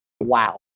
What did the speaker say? Wow